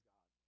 God